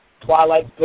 Twilight